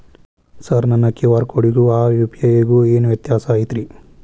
Sir ನನ್ನ QR ಕೊಡಿಗೂ ಆ ಯು.ಪಿ.ಐ ಗೂ ಏನ್ ವ್ಯತ್ಯಾಸ ಐತ್ರಿ?